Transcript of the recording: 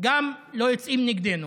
גם לא יוצאים נגדנו.